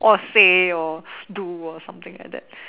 or say or do or something like that